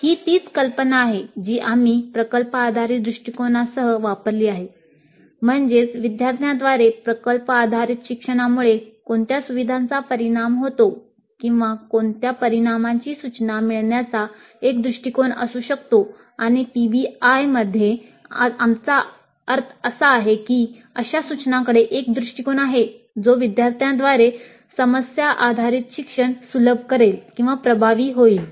ही तीच कल्पना आहे जी आम्ही प्रकल्प आधारित दृष्टीकोनसह आमचा अर्थ असा आहे की अशा सूचनांकडे एक दृष्टीकोन आहे जो विद्यार्थ्यांद्वारे समस्या आधारित शिक्षण सुलभ करेल किंवा प्रभावी होईल